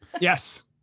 Yes